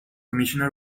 commissioned